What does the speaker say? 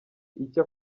icyo